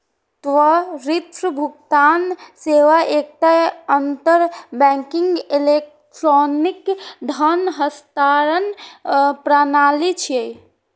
त्वरित भुगतान सेवा एकटा अंतर बैंकिंग इलेक्ट्रॉनिक धन हस्तांतरण प्रणाली छियै